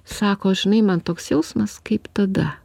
sako žinai man toks jausmas kaip tada